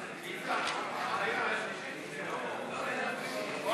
המשותפת לוועדת הפנים והגנת הסביבה